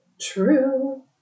True